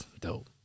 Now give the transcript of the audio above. Dope